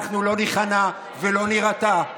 אנחנו לא ניכנע ולא נירתע.